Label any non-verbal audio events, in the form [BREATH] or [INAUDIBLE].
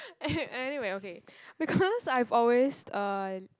an~ anyway okay [BREATH] because I've always uh I